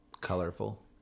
Colorful